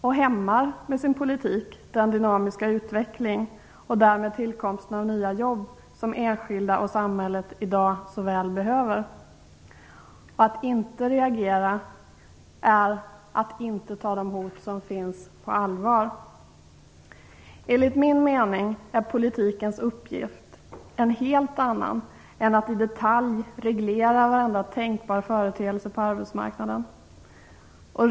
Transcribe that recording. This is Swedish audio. De hämmar med sin politik den dynamiska utvecklingen och därmed tillkomsten av nya jobb som enskilda och samhället i dag så väl behöver. Att inte reagera är att inte ta de hot som finns på allvar. Enligt min mening är politikens uppgift en helt annan än att i detalj reglera varenda tänkbar företeelse på arbetsmarknaden.